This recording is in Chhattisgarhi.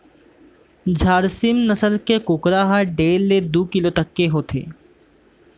झारसीम नसल के कुकरा ह डेढ़ ले दू किलो तक के होथे